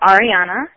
Ariana